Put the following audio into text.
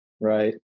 right